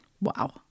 Wow